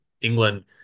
England